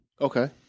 Okay